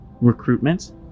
Recruitment